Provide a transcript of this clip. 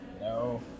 No